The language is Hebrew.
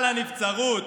על הנבצרות,